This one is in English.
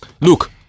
Look